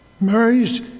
Mary's